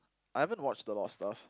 I haven't watched a lot of stuff